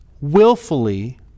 willfully